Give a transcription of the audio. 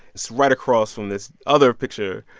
it's right across from this other picture.